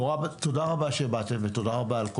תודה רבה שבאתם ותודה רבה על העשייה,